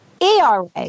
ERA